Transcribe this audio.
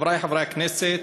חברי חברי הכנסת,